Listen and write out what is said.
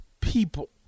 people